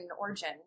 origin